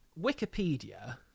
wikipedia